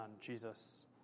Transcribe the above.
Jesus